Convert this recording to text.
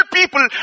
people